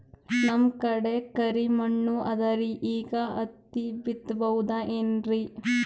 ನಮ್ ಕಡೆ ಕರಿ ಮಣ್ಣು ಅದರಿ, ಈಗ ಹತ್ತಿ ಬಿತ್ತಬಹುದು ಏನ್ರೀ?